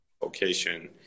location